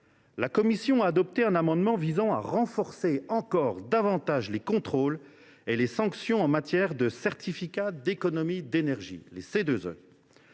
la commission a adopté un amendement visant à renforcer encore davantage les contrôles et les sanctions en matière de certificats d’économies d’énergie.